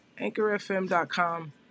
AnchorFM.com